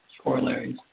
corollaries